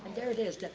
there it is,